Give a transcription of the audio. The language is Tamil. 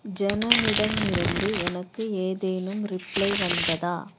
ஜனனிடமிருந்து எனக்கு ஏதேனும் ரிப்ளை வந்ததா